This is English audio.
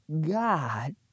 god